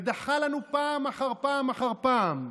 ודחה לנו פעם אחר פעם אחר פעם,